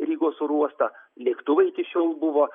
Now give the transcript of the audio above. rygos uostą lėktuvai iki šiol buvo